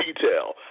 detail